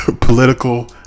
political